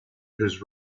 his